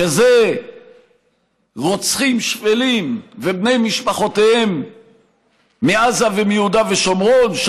כשזה רוצחים שפלים ובני משפחותיהם מעזה ומיהודה ושומרון,